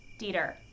Dieter